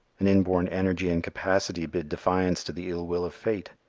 an inborn energy and capacity bid defiance to the ill-will of fate.